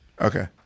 Okay